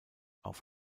auf